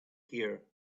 here